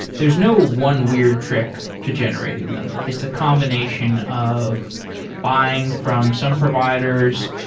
there's no one weird trick to generating them. it's a combination of buying from some providers,